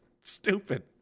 Stupid